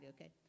okay